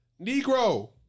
Negro